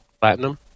Platinum